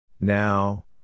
Now